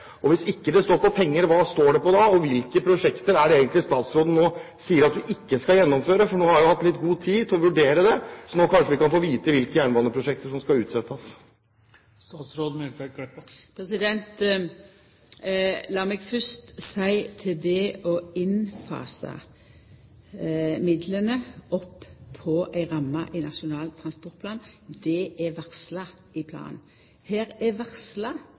finansiert. Hvis det ikke står på penger, hva står det på da? Og hvilke prosjekter er det statsråden nå egentlig sier at hun ikke skal gjennomføre? Hun har jo hatt litt god tid til å vurdere dette, så kanskje vi nå kan få vite hvilke jernbaneprosjekter som skal utsettes? Lat meg fyrst seia om det å innfasa midlane i ei ramme i Nasjonal transportplan: Det er varsla ei opptrapping i planen.